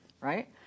right